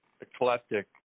Eclectic